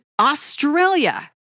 Australia